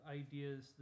ideas